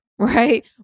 right